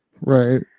Right